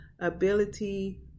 ability